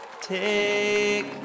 take